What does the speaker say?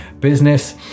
business